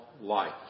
life